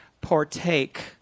partake